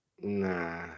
Nah